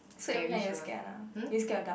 so everytime you're scared one ah you scared of dark